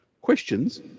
Questions